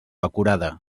acurada